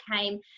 came